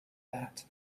vat